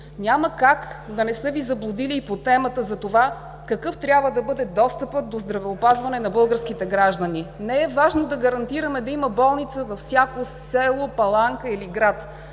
Няма как да не са Ви заблудили и по темата за това какъв трябва да бъде достъпът до здравеопазване на българските граждани. Не е важно да гарантираме да има болница във всяко село, паланка или град.